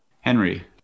Henry